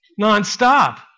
nonstop